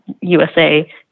USA